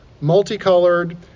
multicolored